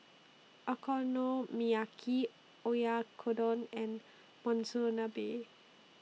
Okonomiyaki Oyakodon and Monsunabe